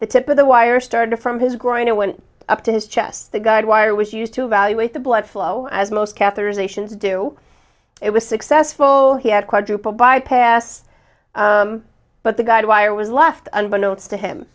the tip of the wire started from his growing a went up to his chest the guide wire was used to evaluate the blood flow as most catheterizations do it was successful he had quadruple bypass but the guide wire was left unbeknownst to him